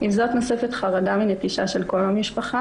עם זאת נוספת חרדה מנטישה של כל המשפחה